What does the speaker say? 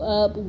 up